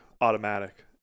automatic